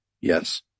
Yes